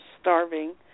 starving